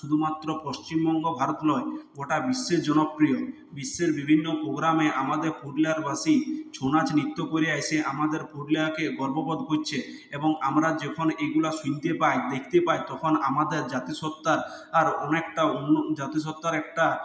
শুধুমাত্র পশ্চিমবঙ্গ ভারত নয় গোটা বিশ্বে জনপ্রিয় বিশ্বের বিভিন্ন প্রোগ্রামে আমাদের পুরুলিয়ারবাসী ছৌ নাচ নৃত্য করে এসে আমাদের পুরুলিয়াকে গর্ব বোধ করছে এবং আমরা যখন এগুলো শুনতে পাই দেখতে পাই তখন আমাদের জাতিসত্ত্বার অনেকটা জাতিসত্ত্বার একটা